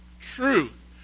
Truth